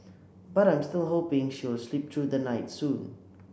but I'm still hoping she will sleep through the night soon